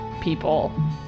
people